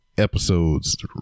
Episodes